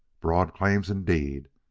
broad claims, indeed,